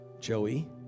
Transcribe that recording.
Joey